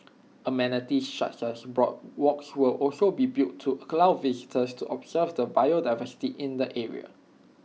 amenities such as boardwalks will also be built to allow visitors to observe the biodiversity in the area